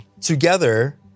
Together